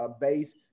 base